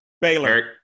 Baylor